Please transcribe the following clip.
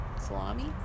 salami